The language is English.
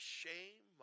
shame